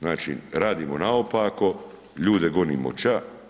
Znači radimo naopako, ljude gonimo ća.